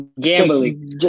Gambling